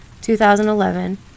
2011